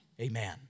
Amen